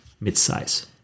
mid-size